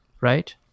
right